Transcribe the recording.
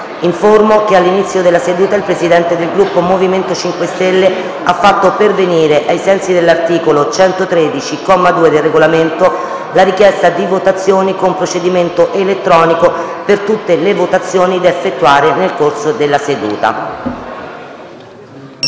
che all'inizio della seduta il Presidente del Gruppo M5S ha fatto pervenire, ai sensi dell'articolo 113, comma 2, del Regolamento, la richiesta di votazione con procedimento elettronico per tutte le votazioni da effettuare nel corso della seduta. La